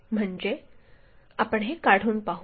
म्हणजे आपण हे काढून पाहू